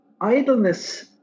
idleness